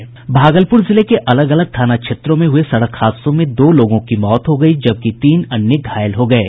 भागलपुर जिले के अलग अलग थाना क्षेत्रों में हुए सड़क हादसों में दो लोगों की मौत हो गयी जबकि तीन अन्य घायल हो गये